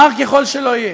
מר ככל שלא יהיה.